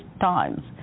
times